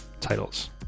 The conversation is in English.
titles